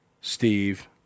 Steve